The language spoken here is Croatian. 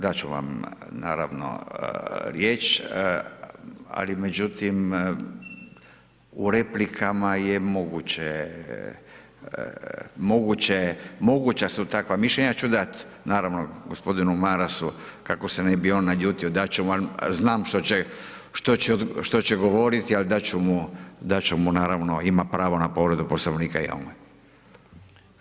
Dat ću vam naravno riječ, ali međutim u replikama je moguće, moguća su takva mišljenja, ću dat naravno gospodinu Marasu kako se ne bi on naljutio dat ću vam, znam što će govoriti, ali dat ću mu, dat ću mu naravno ima pravo na povredu Poslovnika, jel ne?